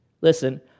listen